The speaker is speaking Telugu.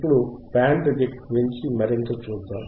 ఇప్పుడు బ్యాండ్ రిజెక్ట్ గురించి మరింత చూద్దాం